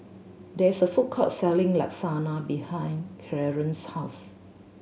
there is a food court selling Lasagna behind Clearence's house